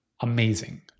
amazing